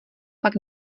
pak